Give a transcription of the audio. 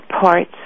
parts